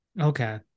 okay